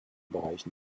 bereichen